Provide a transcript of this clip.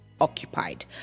occupied